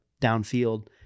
downfield